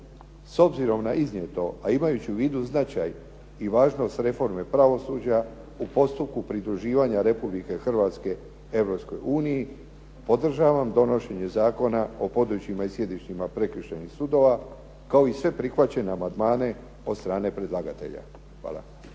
S obzirom na iznijeto, a imajući u vidu značaj i važnost reforme pravosuđa u postupku pridruživanja Republike Hrvatske Europskoj uniji, podržavam donošenje Zakona o područjima i sjedištima prekršajnim sudovima kao i sve prihvaćene amandmane od strane predlagatelja. Hvala.